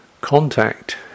Contact